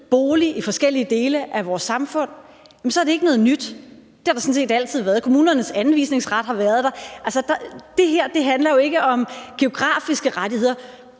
bolig i forskellige dele af vores samfund, så er det ikke noget nyt, og det har der sådan set altid været. Kommunernes anvisningsret har været der. Det her handler jo ikke om geografiske rettigheder.